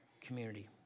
community